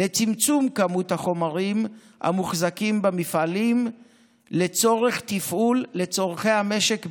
לצמצום כמות החומרים המוחזקים במפעלים לצורך תפעול לצורכי המשק בלבד,